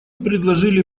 предложили